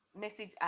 message